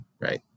right